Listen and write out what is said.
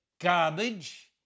garbage